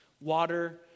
water